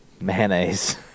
Mayonnaise